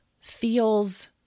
feels